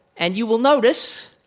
and you will notice